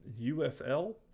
UFL